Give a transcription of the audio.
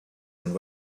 and